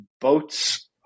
boats